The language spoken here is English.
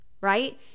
right